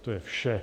To je vše.